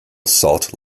salt